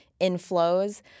inflows